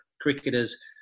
cricketers